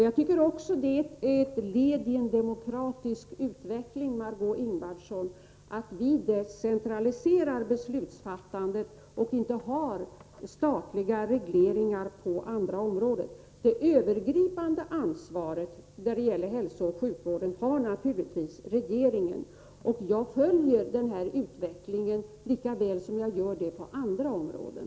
Jag tycker också att det är ett led i en demokratisk utveckling, Margé Ingvardsson, att vi decentraliserar beslutsfattandet och inte har statliga regleringar på alla områden. Det övergripande ansvaret när det gäller hälsooch sjukvården har naturligtvis regeringen, och jag följer utvecklingen på detta område, lika väl som jag gör det på andra områden.